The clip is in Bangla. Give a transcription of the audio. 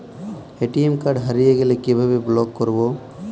এ.টি.এম কার্ড হারিয়ে গেলে কিভাবে ব্লক করবো?